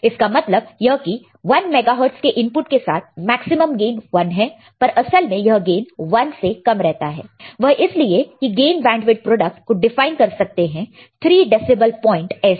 इसका मतलब यह कि 1 मेगा हर्ट्ज़ के इनपुट के साथ मैक्सिमम गेन 1 है पर असल में यह गेन 1 से कम रहता है वह इसलिए की गेन बैंडविथ प्रोडक्ट को डिफाइन कर सकते हैं 3 डेसिबल पॉइंट ऐसे